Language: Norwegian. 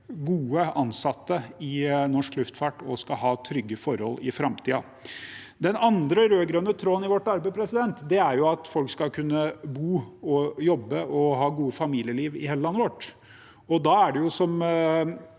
gode ansatte i norsk luftfart også skal ha trygge forhold i framtiden. Den andre rød-grønne tråden i vårt arbeid, er at folk skal kunne bo og jobbe og ha et godt familieliv i hele landet vårt.